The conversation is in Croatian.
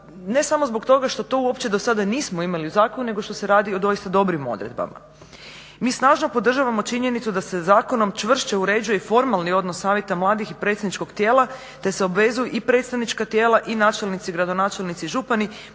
ne samo zbog toga što to uopće do sda nismo imali u zakonu nego što se radi o doista dobrim odredbama. Mi snažno podržavamo činjenicu da se zakonom čvršće uređuje i formalni odnos savjeta mladih i predstavničkog tijela te se obvezuju i predstavnička tijela i načelnici, gradonačelnici, župani